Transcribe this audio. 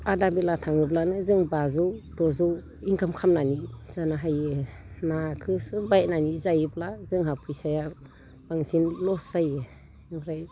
आदाबेला थाङोब्लानो जों बाजौ द'जौ इनकाम खालामनानै जानो हायो नाखौ बायनानै जायोब्ला जोंहा फैसाया बांसिन लस जायो ओमफ्राय